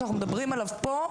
שאנחנו מדברים עליו פה,